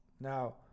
now